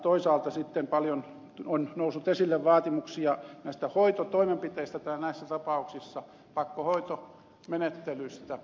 toisaalta sitten paljon on noussut esille vaatimuksia näistä hoitotoimenpiteistä näissä tapauksissa pakkohoitomenettelystä